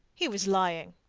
he was lying.